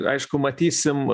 aišku matysim